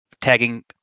tagging